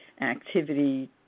activity